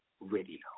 Radio